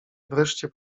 wreszcie